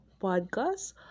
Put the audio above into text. podcast